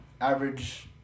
average